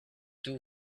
too